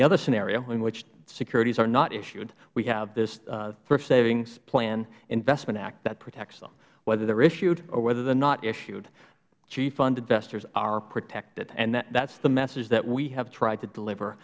the other scenario in which securities are not issued we have this thrift savings plan investment act that protects them whether they're issued or whether they're not issued g fund investors are protected and that's the message that we have tried to deliver